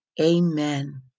Amen